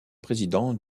président